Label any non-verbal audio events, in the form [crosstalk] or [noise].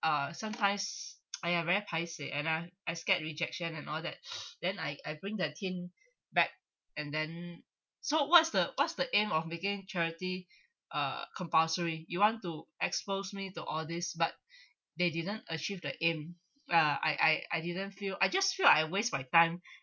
uh sometimes !aiya! very pai seh and I I scared rejection and all that [breath] then I I bring the tin back and then so what's the what's the aim of making charity uh compulsory you want to expose me to all this but they didn't achieved the aim ah I I I didn't feel I just feel I waste my time